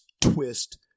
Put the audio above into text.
twist